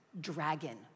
dragon